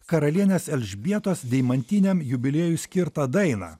karalienės elžbietos deimantiniam jubiliejui skirtą dainą